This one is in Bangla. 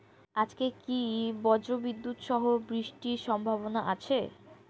আজকে কি ব্রর্জবিদুৎ সহ বৃষ্টির সম্ভাবনা আছে?